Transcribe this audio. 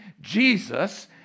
Jesus